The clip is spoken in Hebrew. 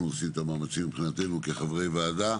עושים את המאמצים מבחינתנו כחברי ועדה